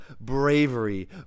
bravery